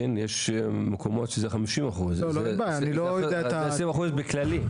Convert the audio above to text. יש מקומות שיש 50%. ה-20% זה בכללי.